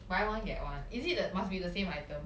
buy one get one is it the must be the same item